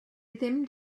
ddim